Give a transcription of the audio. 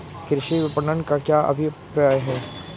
कृषि विपणन का क्या अभिप्राय है?